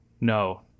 No